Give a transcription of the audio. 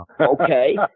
okay